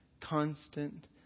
constant